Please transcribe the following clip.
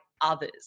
others